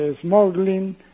Smuggling